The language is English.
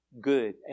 good